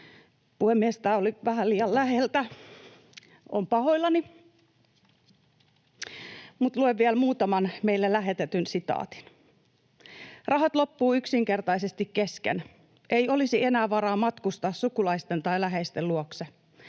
herkistyy] Tämä oli vähän liian läheltä, olen pahoillani. Mutta luen vielä muutaman meille lähetetyn sitaatin: ”Rahat loppuu yksinkertaisesti kesken. Ei olisi enää varaa matkustaa sukulaisten tai läheisten luokse,